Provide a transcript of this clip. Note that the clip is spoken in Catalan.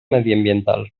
mediambiental